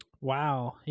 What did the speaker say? Wow